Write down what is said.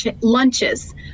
lunches